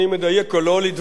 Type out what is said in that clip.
לדבריו אלה